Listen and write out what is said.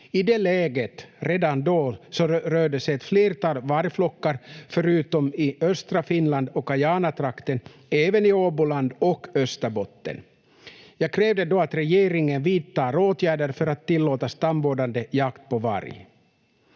I det läget, redan då, rörde sig ett flertal vargflockar förutom i östra Finland och Kajanatrakten även i Åboland och Österbotten. Jag krävde då att regeringen vidtar åtgärder för att tillåta stamvårdande jakt på varg.